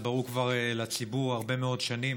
זה ברור לציבור כבר הרבה מאוד שנים,